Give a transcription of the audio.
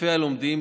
היקפי הלומדים,